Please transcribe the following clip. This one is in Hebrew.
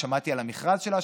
ושמעתי על המכרז שלה,